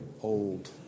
old